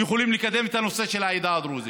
והם יכולים לקדם את הנושא של העדה הדרוזית.